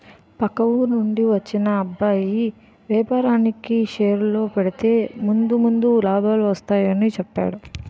పక్క ఊరి నుండి వచ్చిన అబ్బాయి వేపారానికి షేర్లలో పెడితే ముందు ముందు లాభాలు వస్తాయని చెప్పేడు